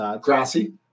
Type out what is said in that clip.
grassy